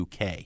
UK